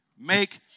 Make